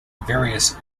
various